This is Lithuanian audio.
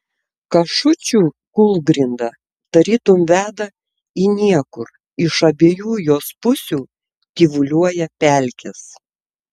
kašučių kūlgrinda tarytum veda į niekur iš abiejų jos pusių tyvuliuoja pelkės